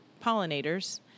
pollinators